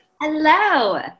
Hello